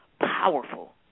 powerful